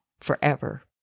forever